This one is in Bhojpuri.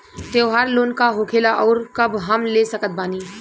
त्योहार लोन का होखेला आउर कब हम ले सकत बानी?